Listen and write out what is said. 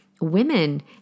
women